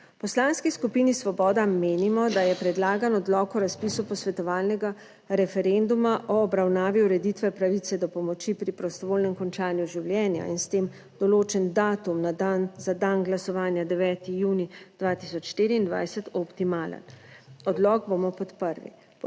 Poslanski skupini Svoboda menimo, da je predlagan odlok o razpisu posvetovalnega referenduma o obravnavi ureditve pravice do pomoči pri prostovoljnem končanju življenja in s tem določen datum na dan, za dan glasovanja, 9. junij 2024, optimalen. Odlok bomo podprli.